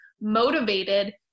motivated